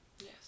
Yes